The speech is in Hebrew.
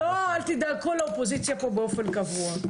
לא, אל תדאג, כל האופוזיציה פה באופן קבוע.